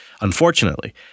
unfortunately